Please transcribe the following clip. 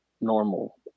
normal